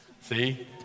See